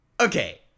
okay